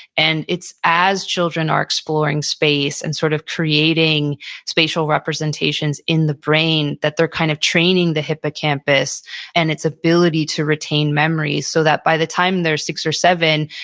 and as children are exploring space and sort of creating spatial representations in the brain, that they're kind of training the hippocampus and its ability to retain memories so that by the time they're six or seven,